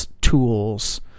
tools